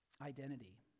identity